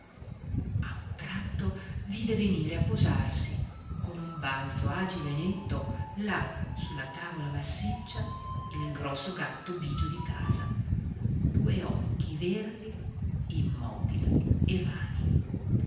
un tratto vide venire a posarsi con un balzo agile e netto là su la tavola massiccia il grosso gatto bigio di casa due occhi verdi immobili e vani